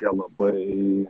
jie labai